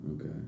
Okay